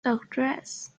address